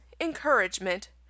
Encouragement